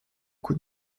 coup